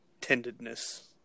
tendedness